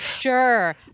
Sure